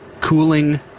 cooling